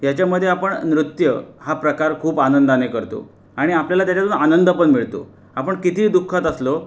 याच्यामध्ये आपण नृत्य हा प्रकार खूप आनंदाने करतो आणि आपल्याला त्याच्यातून आनंद पण मिळतो आपण कितीही दुःखात असलो